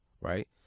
right